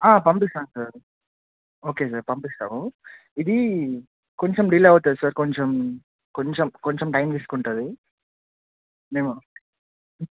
పంపిస్తాం sir okay sir పంపిస్తాము ఇది కొంచెం డిలే అవుతుంది సార్ కొంచెం కొంచెం కొంచెం టైం తీసుకుంటుంది మేము